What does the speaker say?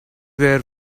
were